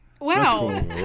wow